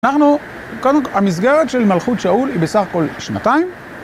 אנחנו, קודם כל, המסגרת של מלכות שאול היא בסך הכל שנתיים.